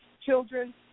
children